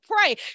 pray